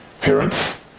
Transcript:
parents